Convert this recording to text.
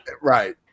right